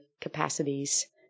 capacities